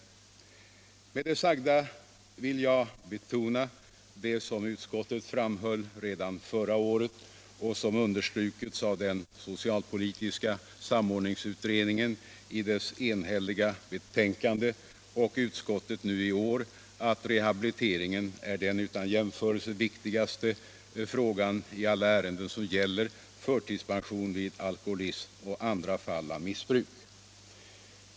Med det sagda vill jag betona det som utskottet framhöll redan förra året och som understrukits av den socialpolitiska samordningsutredningen i dess enhälliga betänkande och av utskottet nu i år, nämligen att rehabiliteringen är den utan jämförelse viktigaste frågan i alla ärenden som gäller förtidspensionering vid alkoholism och andra fall av missbruk.